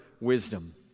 wisdom